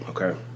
Okay